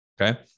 okay